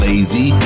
Lazy